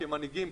כמנהיגים,